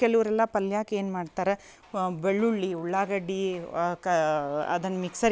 ಕೆಲವ್ರೆಲ್ಲ ಪಲ್ಯಕ್ ಏನು ಮಾಡ್ತಾರ ಬೆಳ್ಳುಳ್ಳಿ ಉಳ್ಳಾಗಡ್ಡೆ ಕ ಅದನ್ನು ಮಿಕ್ಸರಿಗೆ